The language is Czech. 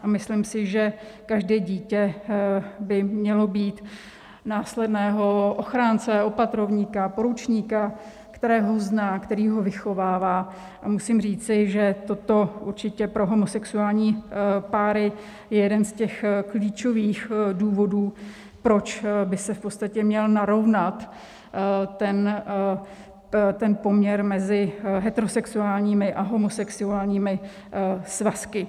Myslím si, že každé dítě by mělo mít následného ochránce, opatrovníka, poručníka, kterého zná, který ho vychovává, a musím říci, že toto určitě pro homosexuální páry je jeden z těch klíčových důvodů, proč by se v podstatě měl narovnat ten poměr mezi heterosexuálními a homosexuálními svazky.